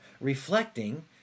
reflecting